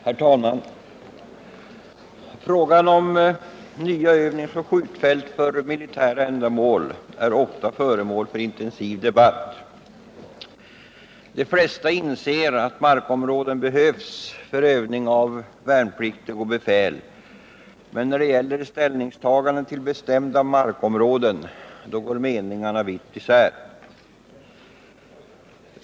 Herr talman! Frågor rörande nya övningsoch skjutfält för militära ändamål är ofta föremål för intensiv debatt. De flesta inser att markområden behövs för övning av värnpliktiga och befäl, men när det gäller ställningstaganden till bestämda markområden går meningarna vitt isär.